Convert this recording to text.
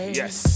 yes